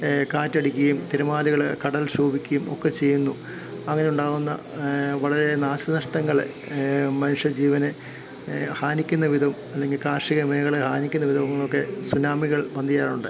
കാറ്റടിക്കുകയും തിരമാലകൾ കടൽ ക്ഷോഭിക്കയും ഒക്കെ ചെയ്യുന്നു അങ്ങനെയുണ്ടാവുന്ന വളരെ നാശനഷ്ടങ്ങൾ മനുഷ്യ ജീവനെ ഹാനിക്കുന്ന വിധം അല്ലെങ്കിൽ കാർഷിക വിളകളെ ഹാനിക്കുന്ന വിധം ഒക്കെ സുനാമികൾ വന്നു ചേരാറുണ്ട്